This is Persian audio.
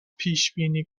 پیشبینی